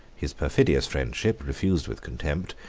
his perfidious friendship refused with contempt,